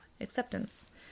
acceptance